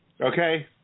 okay